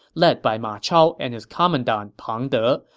led by ma chao and his commandant pang de,